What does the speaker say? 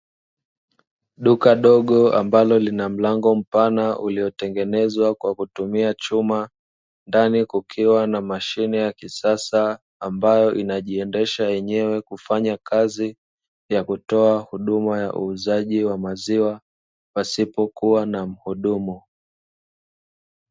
Duka dogo ambalo lina mlango mpana uliotengenezwa kwa kutumia chuma, ndani kukiwa na mashine ya kisasa ambayo inajiendesha yenyewe, kufanya kazi ya kutoa huduma ya uuzaji wa maziwa pasipo kuwa na muhudumu.